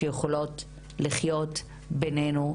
שיכולות לחיות בינינו.